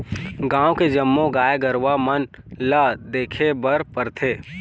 गाँव के जम्मो गाय गरूवा मन ल देखे बर परथे